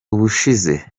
ubushize